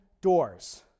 doors